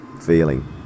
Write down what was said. feeling